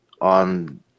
on